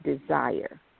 desire